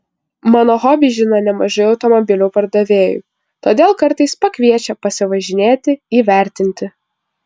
mano hobį žino nemažai automobilių pardavėjų todėl kartais pakviečia pasivažinėti įvertinti